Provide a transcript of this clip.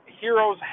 heroes